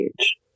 age